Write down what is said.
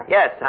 Yes